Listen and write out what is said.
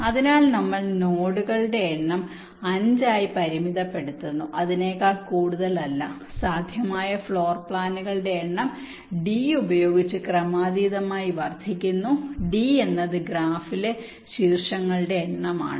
അതിനാൽ സാധാരണയായി നമ്മൾ നോഡുകളുടെ എണ്ണം 5 ആയി പരിമിതപ്പെടുത്തുന്നു അതിനേക്കാൾ കൂടുതലല്ല സാധ്യമായ ഫ്ലോർ പ്ലാനുകളുടെ എണ്ണം d ഉപയോഗിച്ച് ക്രമാതീതമായി വർദ്ധിക്കുന്നു d എന്നത് ഗ്രാഫിലെ ശീർഷങ്ങളുടെ എണ്ണമാണ്